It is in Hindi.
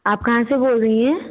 आप कहाँ से बोल रही हैं